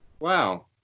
wow